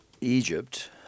Egypt—